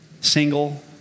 Single